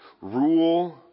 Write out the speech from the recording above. rule